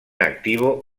activo